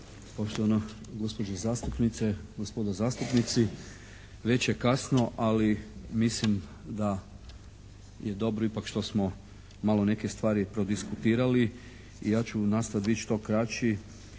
poštovane gospođe zastupnice, gospoda zastupnici. Već je kasno, ali mislim da je dobro ipak što smo ipak malo neke stvari prodiskutirali i ja ću nastojati biti što kraći.